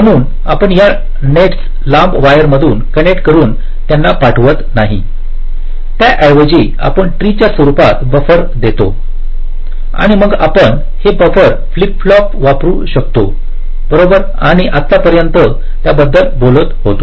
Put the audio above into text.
म्हणून आपण या नेट्स लांब वायरमधून कनेक्ट करुन त्यांना पाठवत नाही त्याऐवजी आपण अशा ट्रीच्या रूपात बफर देतोआणि मग आपण हे बफर फ्लिप फ्लॉप वापरू शकतोबरोबरआपण आतापर्यंत याबद्दल बोलत होतो